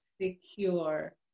secure